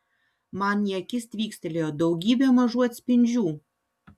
man į akis tvykstelėjo daugybė mažų atspindžių